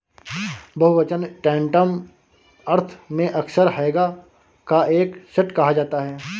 बहुवचन टैंटम अर्थ में अक्सर हैगा का एक सेट कहा जाता है